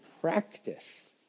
practice